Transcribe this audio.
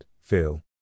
Phil